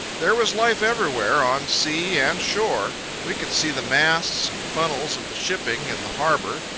there was life everywhere, on sea and shore. we could see the masts and funnels of the shipping in the harbour,